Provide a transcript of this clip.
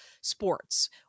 sports